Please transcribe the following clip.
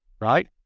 right